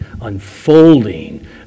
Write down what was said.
unfolding